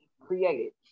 created